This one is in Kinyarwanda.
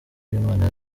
uwimana